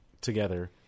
together